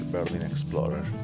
Berlinexplorer